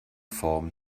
form